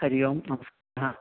हरिः ओं नमस्ते